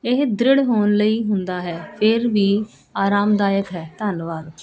ਇਹ ਦ੍ਰਿੜ ਹੋਣ ਲਈ ਹੁੰਦਾ ਹੈ ਫਿਰ ਵੀ ਆਰਾਮਦਾਇਕ ਹੈ ਧੰਨਵਾਦ